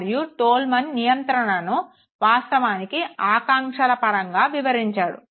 మరియు తోల్మాన్ కండిషనింగ్ను వాస్తవానికి ఆకాంక్షల పరంగా వివరించాడు